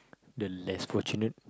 the less fortunate